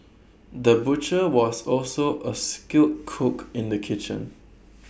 the butcher was also A skilled cook in the kitchen